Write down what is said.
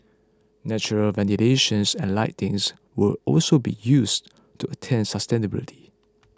natural ventilations and lightings will also be used to attain sustainability